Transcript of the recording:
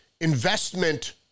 investment